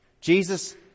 Jesus